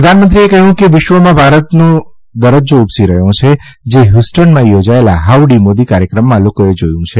પ્રધાનમંત્રીએ કહ્યું કે વિશ્વમાં ભારતનો દરજ્જો ઉપસી રહ્યો છે જે હ્યુસ્ટનમાં યોજાયેલા હાઉડી મોદી કાર્યક્રમમાં લોકોએ જોયું છે